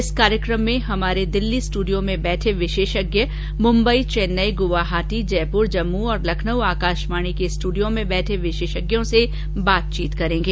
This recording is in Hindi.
इस कार्यक्रम में हमारे दिल्ली स्टडियो में बैठे विशेषज्ञ मुंबई चेन्नई गुवाहाटी जयपुर जम्मू और लखनऊ आकाशवाणी के स्टूडियो में बैठे विशेषज्ञों से बातचीत करेंगे